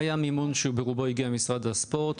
היה מימון שהוא ברובו הגיע ממשרד הספורט.